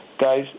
Guys